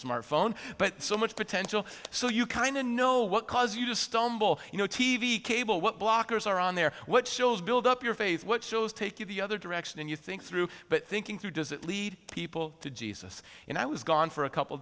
smartphone but so much potential so you kind of know what cause you to stumble you know t v cable what blockers are on there what shows build up your faith what shows take you the other direction and you think through but thinking through does it lead people to jesus and i was gone for a couple